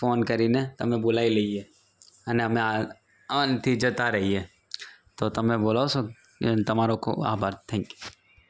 phone કરીને તમે બોલાવી લઈએ અને અમે આ આનાથી જતાં રહીએ તો તમે બોલાવશો તમારો ખૂબ આભાર થેન્ક યુ